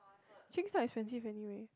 drinks are expensive anyway